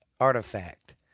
artifact